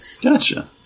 Gotcha